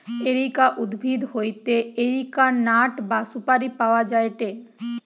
areca উদ্ভিদ হইতে areca nut বা সুপারি পাওয়া যায়টে